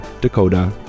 Dakota